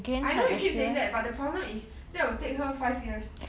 I know you keep saying that but that will take her five years